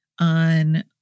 on